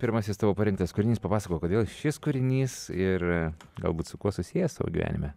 pirmasis tavo parengtas kūrinys papasakok kodėl šis kūrinys ir galbūt su kuo susijęs tavo gyvenime